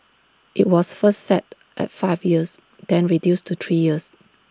IT was first set at five years then reduced to three years